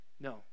No